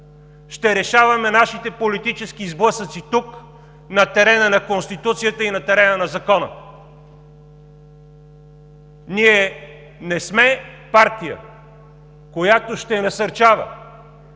ще решаваме нашите политически сблъсъци тук, на терена на Конституцията и на терена на закона. Ние не сме партия, която ще насърчава